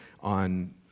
on